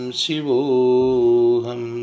shivoham